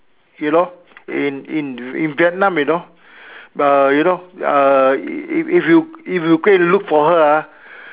you know in in in Vietnam you know err you know err if you if you go and look for her ah